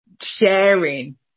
sharing